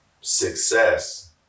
success